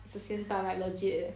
is a 仙丹 eh legit eh